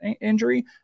injury